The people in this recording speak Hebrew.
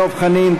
דב חנין,